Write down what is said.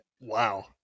wow